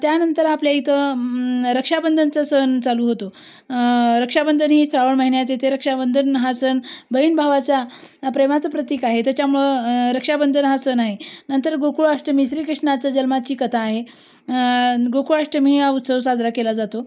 त्यानंतर आपल्या इथं रक्षाबंधनाचा सण चालू होतो रक्षाबंधन ही श्रावण महिन्यात येते रक्षाबंधन हा सण बहीण भावाच्या प्रेमाचं प्रतीक आहे त्याच्यामुळं रक्षाबंधन हा सण आहे नंतर गोकुळाष्टमी श्रीकृष्णाच्या जल्माची कथा आहे गोकुळाष्टमी आ उत्सव साजरा केला जातो